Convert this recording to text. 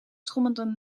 trommelden